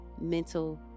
mental